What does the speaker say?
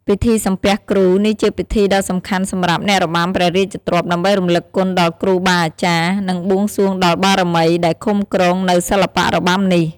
ពិធីសំពះគ្រូ នេះជាពិធីដ៏សំខាន់សម្រាប់អ្នករបាំព្រះរាជទ្រព្យ ដើម្បីរំលឹកគុណដល់គ្រូបាអាចារ្យ និងបួងសួងដល់បារមីដែលឃុំគ្រងនូវសិល្បៈរបាំនេះ។